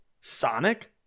Sonic